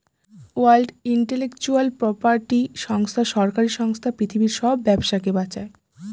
world intellectual property সংস্থা সরকারি সংস্থা পৃথিবীর সব ব্যবসাকে বাঁচায়